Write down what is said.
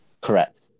Correct